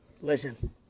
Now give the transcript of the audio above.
Listen